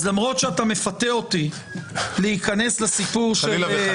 אז למרות שאתה מפתה אותי להיכנס לסיפור -- חלילה וחס.